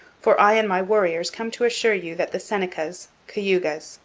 for i and my warriors come to assure you that the senecas, cayugas,